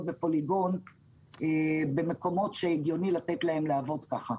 בפוליגון במקומות שהגיוני לתת להן לעבוד כך.